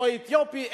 או אתיופי,